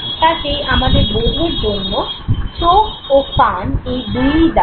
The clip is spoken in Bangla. কাজেই আমাদের বোধের জন্য চোখ ও কান এই দুইই দায়ী